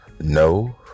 no